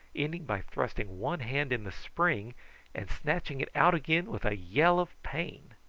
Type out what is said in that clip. ending by thrusting one hand in the spring and snatching it out again with a yell of pain.